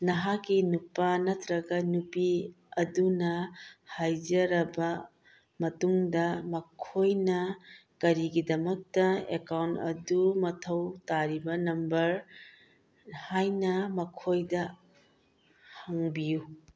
ꯅꯍꯥꯛꯀꯤ ꯅꯨꯄꯥ ꯅꯠꯇ꯭ꯔꯒ ꯅꯨꯄꯤ ꯑꯗꯨꯅ ꯍꯥꯏꯖꯔꯕ ꯃꯇꯨꯡꯗ ꯃꯈꯣꯏꯅ ꯀꯔꯤꯒꯤꯗꯃꯛꯇ ꯑꯦꯀꯥꯎꯟ ꯑꯗꯨ ꯃꯊꯧ ꯇꯥꯔꯤꯕ ꯅꯝꯕꯔ ꯍꯥꯏꯅ ꯃꯈꯣꯏꯗ ꯍꯪꯕꯤꯌꯨ